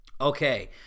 okay